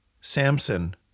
Samson